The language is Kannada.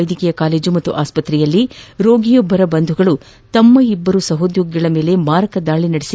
ವೈದ್ಯಕೀಯ ಕಾಲೇಜು ಮತ್ತು ಆಸ್ಸತ್ರೆಯಲ್ಲಿ ರೋಗಿಯೊಬ್ಬರ ಬಂಧುಗಳು ತಮ್ಮ ಇಬ್ಬರು ಸಹೋದ್ಯೋಗಿಗಳ ಮೇಲೆ ಮಾರಕ ದಾಳಿ ನಡೆಸಿ